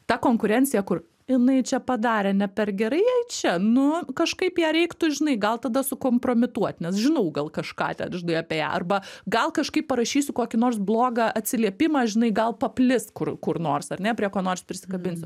ta konkurencija kur jinai čia padarė ne per gerai jai čia nu kažkaip ją reiktų žinai gal tada sukompromituot nes žinau gal kažką ten žinai apie ją arba gal kažkaip parašysiu kokį nors blogą atsiliepimą žinai gal paplis kur kur nors ar ne prie ko nors prisikabinsiu